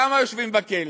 כמה יושבים בכלא?